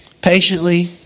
Patiently